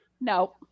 No